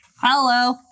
hello